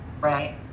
right